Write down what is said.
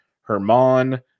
Herman